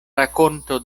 rakonto